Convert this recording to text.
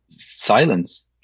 Silence